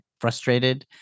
frustrated